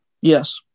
Yes